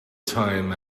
time